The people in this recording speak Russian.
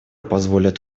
позволят